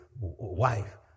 wife